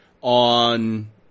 on